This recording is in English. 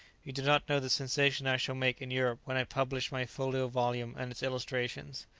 you do not know the sensation i shall make in europe when i publish my folio volume and its illustrations.